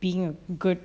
being a good